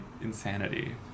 insanity